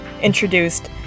introduced